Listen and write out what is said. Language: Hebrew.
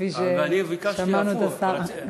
כפי ששמענו את השר.